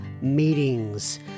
meetings